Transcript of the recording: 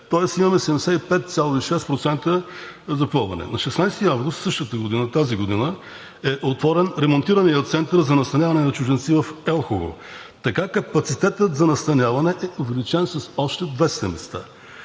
тоест имаме 75,6% запълване. На 16 август тази година е отворен ремонтираният Център за настаняване на чужденци в Елхово. Така капацитетът за настаняване е увеличен с още 200 места.